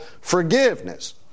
forgiveness